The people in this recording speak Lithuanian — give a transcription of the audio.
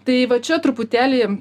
tai va čia truputėlį